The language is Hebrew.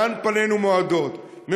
לאן פנינו מועדות.